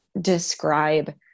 describe